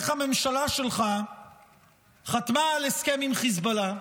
איך הממשלה שלך חתמה על הסכם עם חיזבאללה?